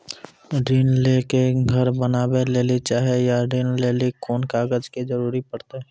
ऋण ले के घर बनावे लेली चाहे या ऋण लेली कोन कागज के जरूरी परतै?